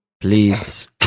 Please